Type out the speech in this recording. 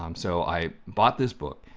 um so i bought this book,